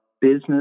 business